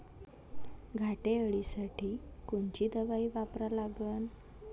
घाटे अळी साठी कोनची दवाई वापरा लागन?